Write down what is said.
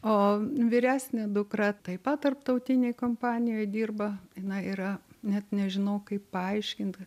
o vyresnė dukra taip pat tarptautinėj kompanijoj dirba jinai yra net nežinau kaip paaiškint